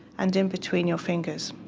and in between your fingers.